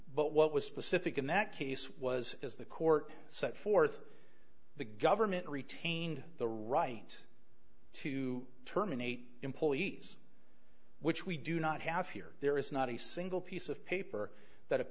but what was specific in that case was as the court set forth the government retained the right to terminate employees which we do not have here there is not a single piece of paper that